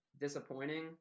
disappointing